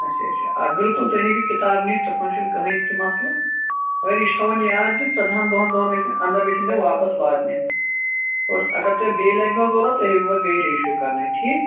اچھا اچھا آ بِلکُل تُہۍ ہیٚکِو کِتاب نِتھ تتھ منٛز چھُنہٕ کٕہیٖنٛۍ تہٕ مَسلہٕ مَگر یہِ چھُ تھاوُن یاد کہِ ژۅدہان دۅہَن دۅہَن کَژھن اَنٛدر گژھن تِم واپَس واتنہِ اور اَگر تۅہہِ بیٚیہِ لَگنو ضروٗرت تُہۍ ہیٚکِو پَتہٕ بیٚیہِ رِی اِشوٗ کَرنٲیِتھ ٹھیٖک